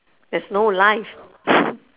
there's no life